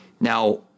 Now